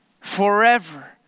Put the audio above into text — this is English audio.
forever